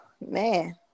Man